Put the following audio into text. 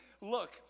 look